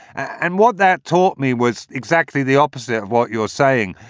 and what that taught me was exactly the opposite of what you're saying.